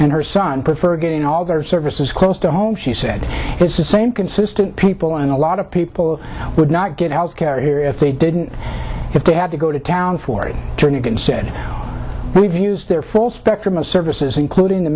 and her son prefer getting all their services close to home she said it's the same consistent people in a lot of people would not get health care here if they didn't if they had to go to town for a drink and said we've used their full spectrum of services including the